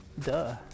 Duh